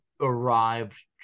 arrived